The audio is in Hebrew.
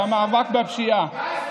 במאבק בפשיעה.